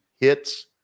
hits